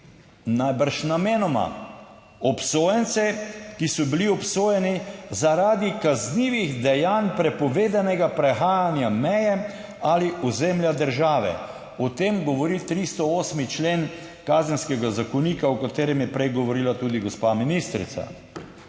najbrž namenoma, obsojence, ki so bili obsojeni zaradi kaznivih dejanj prepovedanega prehajanja meje ali ozemlja države. O tem govori 308. člen Kazenskega zakonika, o katerem je prej govorila tudi gospa ministrica.